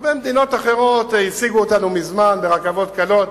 הרבה מדינות אחרות השיגו אותנו מזמן ברכבות קלות